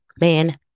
man